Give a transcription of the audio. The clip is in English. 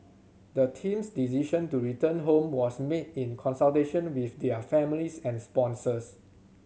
the team's decision to return home was made in consultation with their families and sponsors